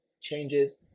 changes